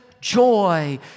joy